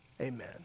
amen